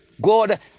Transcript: God